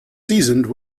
seasoned